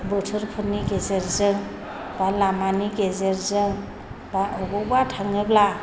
बोथोरफोरनि गेजेरजों एबा लामानि गेजेरजों बा बबेयावबा थाङोब्ला